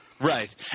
Right